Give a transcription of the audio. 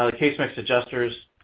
ah case mix adjusters,